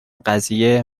قضیه